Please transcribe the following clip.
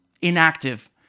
inactive